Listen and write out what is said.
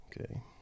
Okay